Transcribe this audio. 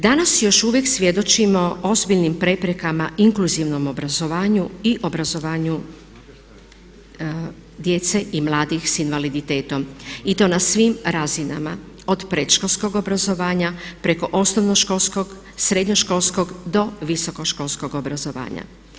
Danas još uvijek svjedočimo ozbiljnim preprekama inkluzivnom obrazovanju i obrazovanju djece i mladih sa invaliditetom i to na svim razinama od predškolskog obrazovanja preko osnovnoškolskog, srednjoškolskog do visokoškolskog obrazovanja.